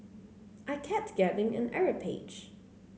I kept getting an error page